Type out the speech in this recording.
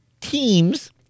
teams